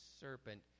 serpent